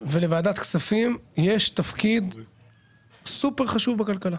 ולוועדת כספים יש תפקיד סופר חשוב בכלכלה.